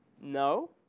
No